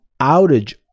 outage